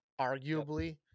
arguably